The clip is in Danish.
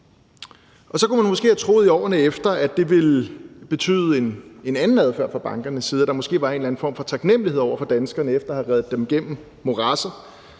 Så kunne man måske have troet, at det i årene efter ville betyde en anden adfærd fra bankernes side, og at der måske var en eller anden form for taknemlighed over for danskerne, efter at de havde reddet dem gennem moradset,